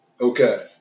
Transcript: Okay